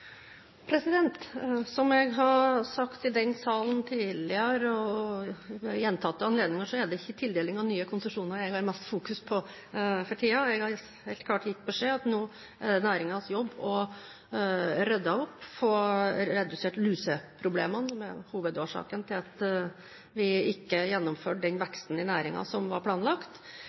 Som jeg har sagt i denne salen tidligere ved gjentatte anledninger, er det ikke tildeling av nye konsesjoner jeg har mest fokus på for tiden. Jeg har helt klart gitt beskjed om at næringens jobb nå er å rydde opp og få redusert luseproblemene, som er hovedårsaken til at vi ikke gjennomfører den veksten i næringen som var planlagt.